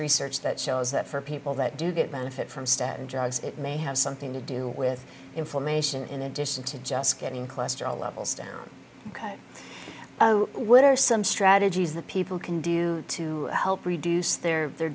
research that shows that for people that do get benefit from staten drugs it may have something to do with information in addition to just getting cluster levels down ok what are some strategies that people can do to help reduce their their